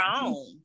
own